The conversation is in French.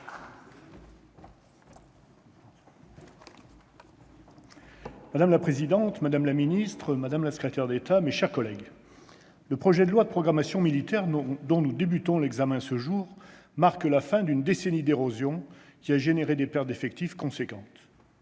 Madame la présidente, madame la ministre, madame la secrétaire d'État, mes chers collègues, le projet de loi de programmation militaire dont nous commençons l'examen ce jour marque la fin d'une décennie d'érosion qui a abouti à des pertes d'effectifs importantes.